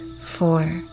four